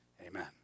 Amen